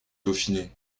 dauphiné